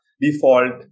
default